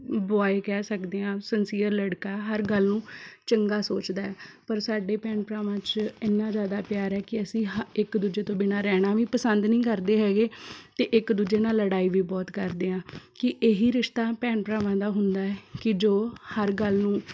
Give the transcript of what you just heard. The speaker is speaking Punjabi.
ਬੋਆਏ ਕਹਿ ਸਕਦੇ ਆਂ ਸਨਸੀਅਰ ਲੜਕਾ ਹਰ ਗੱਲ ਨੂੰ ਚੰਗਾ ਸੋਚਦਾ ਪਰ ਸਾਡੇ ਭੈਣ ਭਰਾਵਾਂ 'ਚ ਇੰਨਾ ਜ਼ਿਆਦਾ ਪਿਆਰ ਹੈ ਕਿ ਅਸੀਂ ਇੱਕ ਦੂਜੇ ਤੋਂ ਬਿਨਾਂ ਰਹਿਣਾ ਵੀ ਪਸੰਦ ਨਹੀਂ ਕਰਦੇ ਹੈਗੇ ਅਤੇ ਇੱਕ ਦੂਜੇ ਨਾਲ ਲੜਾਈ ਵੀ ਬਹੁਤ ਕਰਦੇ ਹਾਂ ਕਿ ਇਹੀ ਰਿਸ਼ਤਾ ਭੈਣ ਭਰਾਵਾਂ ਦਾ ਹੁੰਦਾ ਕਿ ਜੋ ਹਰ ਗੱਲ ਨੂੰ